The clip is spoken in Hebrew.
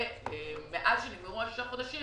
ומאז שנגמרו ששת החודשים,